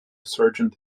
sergeant